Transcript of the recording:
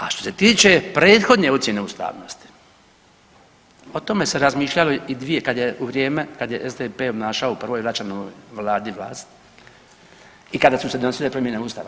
A što se tiče prethodne ocjene ustavnosti, o tome se razmišljalo i dvije, kad je u vrijeme, kad je SDP obnašao u prvoj Račanovoj Vladi vlast, i kada su se donosile promjene Ustava.